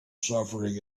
suffering